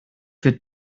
wird